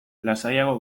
lasaiago